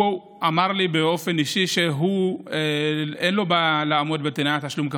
הוא אמר לי שבאופן אישי אין לו בעיה לעמוד בתנאי התשלום,